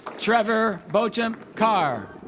trevor beauchamp carr